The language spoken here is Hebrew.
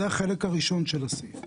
זה החלק הראשון של הסעיף.